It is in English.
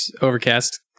Overcast